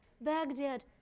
Baghdad